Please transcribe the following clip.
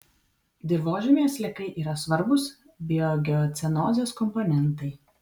dirvožemyje sliekai yra svarbūs biogeocenozės komponentai